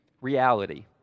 reality